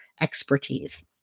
expertise